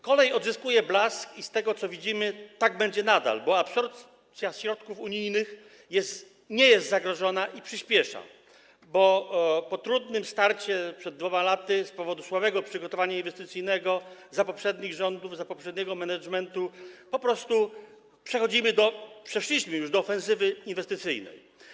Kolej odzyskuje blask i z tego, co widzimy, tak będzie nadal, bo absorpcja środków unijnych nie jest zagrożona i przyśpiesza, bo po trudnym starcie przed 2 laty z powodu słabego przygotowania inwestycyjnego za poprzednich rządów, za poprzedniego managementu po prostu przechodzimy czy już przeszliśmy do ofensywy inwestycyjnej.